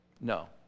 No